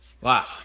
Wow